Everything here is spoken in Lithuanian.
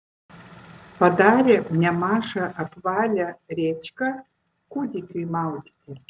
padarė nemažą apvalią rėčką kūdikiui maudyti